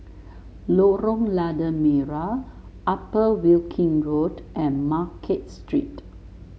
Lorong Lada Merah Upper Wilkie Road and Market Street